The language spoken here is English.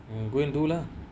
go and do lah